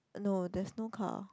no there's no car